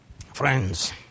friends